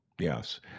Yes